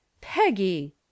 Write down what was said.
Peggy